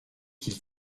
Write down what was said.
qu’il